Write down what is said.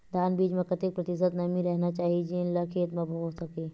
धान बीज म कतेक प्रतिशत नमी रहना चाही जेन ला खेत म बो सके?